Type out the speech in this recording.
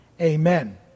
Amen